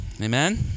Amen